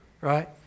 right